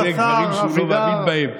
שהוא חייב לייצג דברים שהוא לא מאמין בהם.